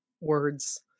words